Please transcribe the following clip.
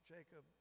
Jacob